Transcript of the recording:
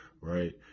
right